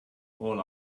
all